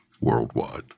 worldwide